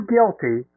Guilty